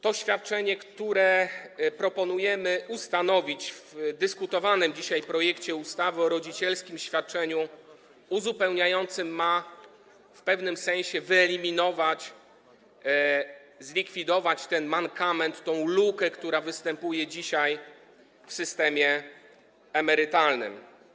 To świadczenie, które proponujemy w dyskutowanym dzisiaj projekcie ustawy o rodzicielskim świadczeniu uzupełniającym, ma w pewnym sensie wyeliminować, zlikwidować ten mankament, tę lukę, która występuje dzisiaj w systemie emerytalnym.